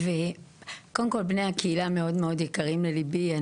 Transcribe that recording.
אז קודם כל בני הקהילה מאוד יקרים לליבי.